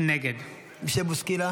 נגד מישל בוסקילה,